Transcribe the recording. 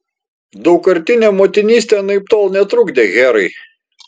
daugkartinė motinystė anaiptol netrukdė herai